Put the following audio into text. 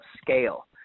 scale